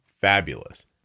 fabulous